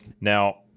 Now